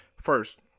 first